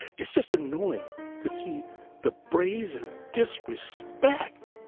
it's just annoying to see the brazen disrespect.